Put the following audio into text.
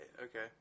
okay